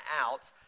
out